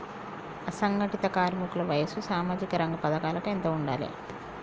అసంఘటిత కార్మికుల వయసు సామాజిక రంగ పథకాలకు ఎంత ఉండాలే?